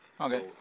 Okay